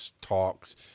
talks